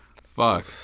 Fuck